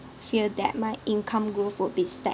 fear that my income growth would be stagnant